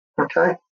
okay